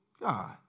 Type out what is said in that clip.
God